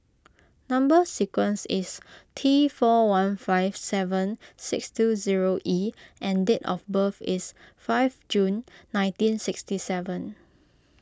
Number Sequence is T four one five seven six two zero E and date of birth is five June nineteen sixty seven